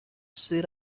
sit